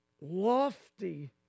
Lofty